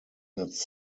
its